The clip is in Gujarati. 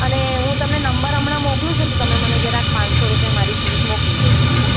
અને હુ તમને નંબર હમણાં મોકલું છું તો તમે મને જરાક પાનસો રૂપીયા મારી ફીસ મોકલી દો ઠીક છે